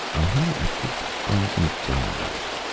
a hundred and fifty thousand dollars.